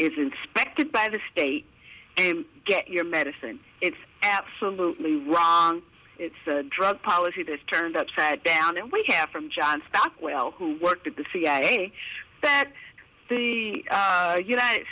if inspected by the state get your medicine it's absolutely wrong it's a drug policy that is turned upside down and we have from john stockwell who worked at the cia that the united